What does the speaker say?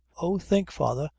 oh, think, father,